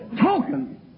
token